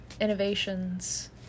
innovations